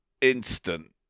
Instant